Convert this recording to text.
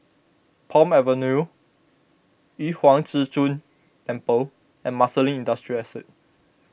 Palm Avenue Yu Huang Zhi Zun Temple and Marsiling Industrial Estate